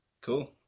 Cool